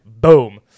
Boom